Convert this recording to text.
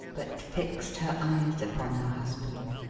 but fixed her eyes upon her husband.